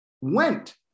went